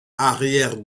arrière